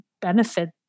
benefit